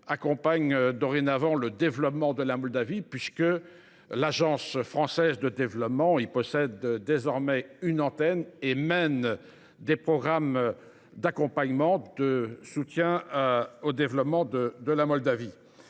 accompagne dorénavant le développement de la Moldavie, puisque l’Agence française de développement (AFD) y possède désormais une antenne et mène des programmes d’accompagnement et de soutien. La convention fiscale